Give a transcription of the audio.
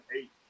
eight